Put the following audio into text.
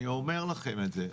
אני אומר לכם את זה,